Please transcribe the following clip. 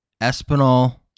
Espinal